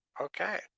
Okay